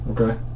Okay